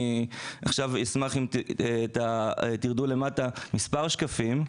אני אשמח אם תרדו למטה מספר שקפים,